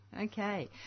Okay